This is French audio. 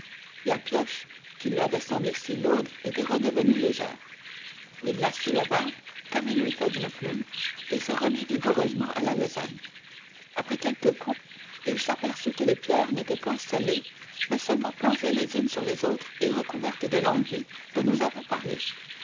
la pioche qui lui avait semblé si lourde était redevenue légère il la souleva comme il eût fait d'une plume et se remit vigoureusement à la besogne après quelques coups il s'aperçut que les pierres n'étaient point scellées mais seulement posées les unes sur les autres et recouvertes de l'enduit dont nous avons parlé